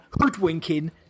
hoodwinking